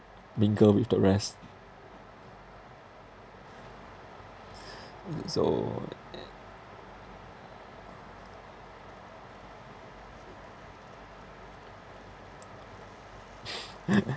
mingle with the rest uh so